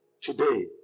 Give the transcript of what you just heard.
today